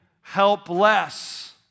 helpless